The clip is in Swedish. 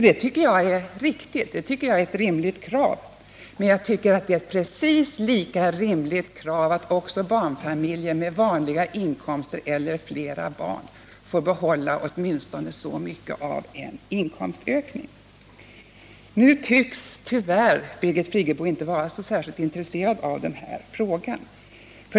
Detta tycker jag är ett riktigt och rimligt krav, men jag tycker det är ett precis lika rimligt krav att också barnfamiljer med vanliga inkomster eller flera barn får behålla åtminstone så mycket av en inkomstökning. Nu tycks — tyvärr — Birgit Friggebo inte vara särskilt intresserad av den här frågan.